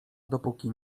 dopóki